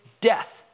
death